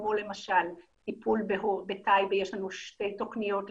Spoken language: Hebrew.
כמו למשל בטייבה יש לנו שתי תוכניות,